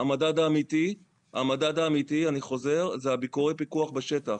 המדד האמיתי הוא ביקורי הפיקוח בשטח,